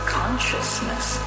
consciousness